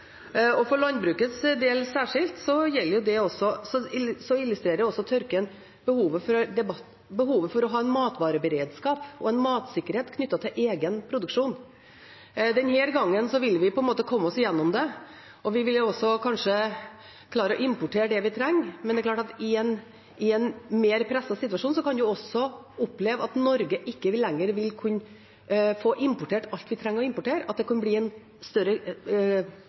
framover. For landbrukets del, særskilt, illustrerer også tørken behovet for å ha en matvareberedskap og matsikkerhet knyttet til egen produksjon. Denne gangen vil vi på en måte komme oss igjennom det, og kanskje vil vi klare å importere det vi trenger, men det er klart at i en mer presset situasjon kan vi også oppleve at Norge ikke lenger vil kunne få importert alt vi trenger å importere, at det kan bli en